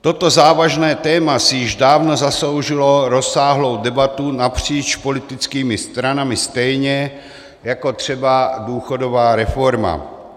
Toto závažné téma si již dávno zasloužilo rozsáhlou debatu napříč politickými stranami stejně jako třeba důchodová reforma.